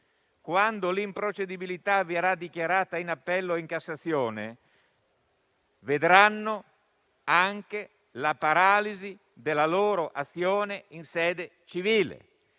quando l'improcedibilità verrà dichiarata in appello o in Cassazione, vedranno anche la paralisi della loro azione in sede civile.